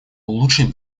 улучшить